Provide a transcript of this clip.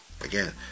Again